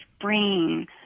brain